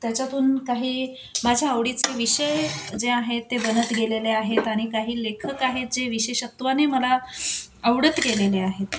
त्याच्यातून काही माझ्या आवडीचे विषय जे आहेत ते बनत गेलेले आहेत आणि काही लेखक आहेत जे विशेषत्वाने मला आवडत गेलेले आहेत